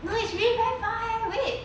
no it's really very far eh wait